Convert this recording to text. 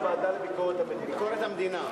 לוועדה לביקורת המדינה.